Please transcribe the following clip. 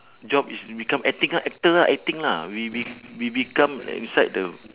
job is become acting lah actor lah acting lah we we we become uh beside the